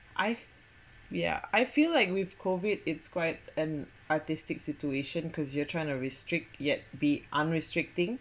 I f~ yeah I feel like with COVID it's quite an artistic situation because you're trying to restrict yet be unrestricting